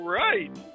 right